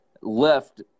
left